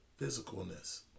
physicalness